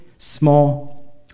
Small